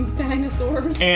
dinosaurs